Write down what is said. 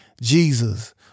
Jesus